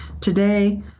Today